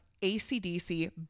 ACDC